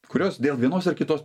kurios dėl vienos ar kitos